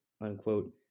unquote